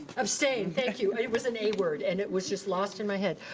abstained, thank you. it was an a word and it was just lost in my head.